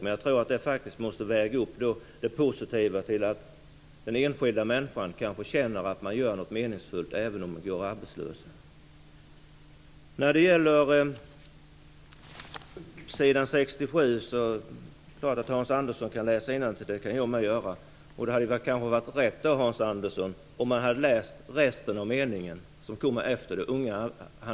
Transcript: Men jag tror att det faktiskt vägs upp av det positiva i att den enskilda människan känner att man gör något meningsfullt även om man går arbetslös. Det är klart att Hans Andersson kan läsa innantill, det kan jag också. Men det hade kanske varit bra om Hans Andersson hade läst resten av meningen också.